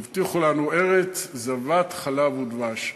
שהבטיחו לנו ארץ זבת חלב ודבש.